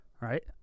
Right